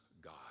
God